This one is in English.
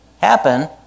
happen